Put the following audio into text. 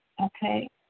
okay